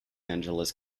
angeles